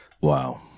Wow